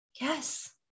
Yes